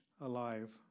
alive